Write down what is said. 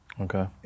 Okay